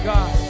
God